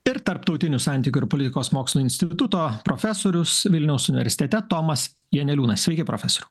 ir tarptautinių santykių ir politikos mokslų instituto profesorius vilniaus universitete tomas janeliūnas sveiki profesoriau